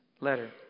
letter